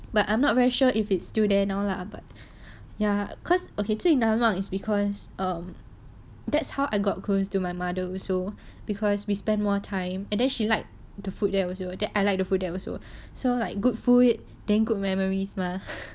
but I'm not very sure if it's still there now lah but ya cause okay 最难忘 is because um that's how I got close to my mother also because we spent more time and then she like the food there also and then I like the food there also so like good food then good memories mah